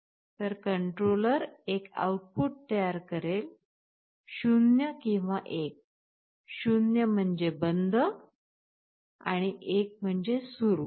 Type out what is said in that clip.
तर कंट्रोलर एक आउटपुट तयार करेल 0 किंवा 1 0 म्हणजे बंद आणि 1 म्हणजे सुरु